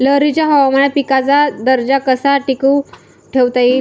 लहरी हवामानात पिकाचा दर्जा कसा टिकवून ठेवता येईल?